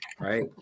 right